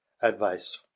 advice